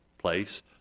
place